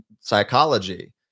psychology